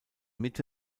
mitte